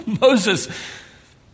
Moses